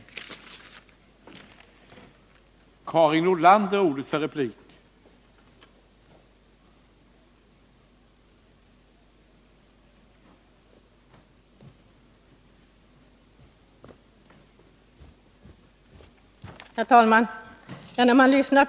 Torsdagen den